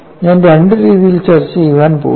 ഞാൻ രണ്ട് രീതികൾ ചർച്ചചെയ്യാൻ പോകുന്നു